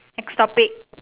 eh stop it